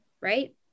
right